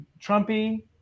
trumpy